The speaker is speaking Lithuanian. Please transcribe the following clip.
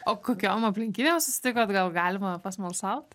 o kokiom aplinkybėm susitikot gal galima pasmalsaut